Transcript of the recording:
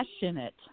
passionate